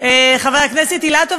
חבר הכנסת אילטוב,